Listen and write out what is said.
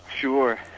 Sure